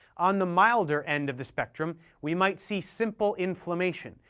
on the milder end of the spectrum, we might see simple inflammation,